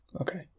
Okay